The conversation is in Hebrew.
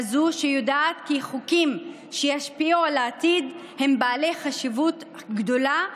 כזאת שיודעת כי חוקים שישפיעו על העתיד הם בעלי חשיבות גדולה,